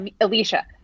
Alicia